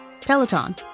Peloton